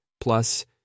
Plus